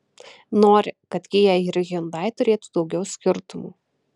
nori kad kia ir hyundai turėtų daugiau skirtumų